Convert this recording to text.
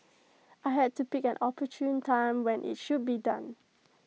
I had to pick an opportune time when IT should be done